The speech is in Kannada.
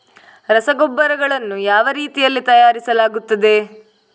ರಸಗೊಬ್ಬರಗಳನ್ನು ಯಾವ ರೀತಿಯಲ್ಲಿ ತಯಾರಿಸಲಾಗುತ್ತದೆ?